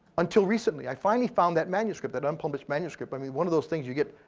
until recently. i finally found that manuscript, that unpublished manuscript. i mean, one of those things you get.